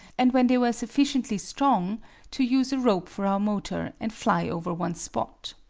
and when they were sufficiently strong to use a rope for our motor and fly over one spot.